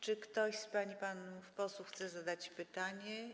Czy ktoś z pań i panów posłów chce zadać pytanie?